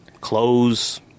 clothes